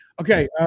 Okay